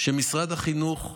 שמשרד החינוך הקים,